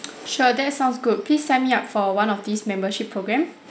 sure that sounds good please sign me up for one of these membership programme